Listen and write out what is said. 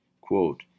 Quote